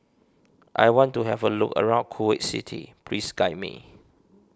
I want to have a look around Kuwait City please guide me